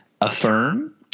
affirm